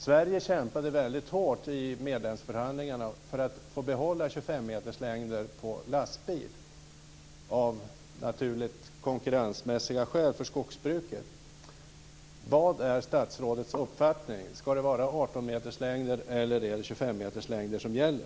Sverige kämpade hårt i medlemsförhandlingarna för att få behålla 25-meterslängder på lastbilar av naturligt konkurrensmässiga skäl för skogsbruket. Vad är statsrådets uppfattning? Ska det vara 18-meterslängder eller är det 25-meterslängder som gäller?